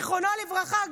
זיכרונו לברכה,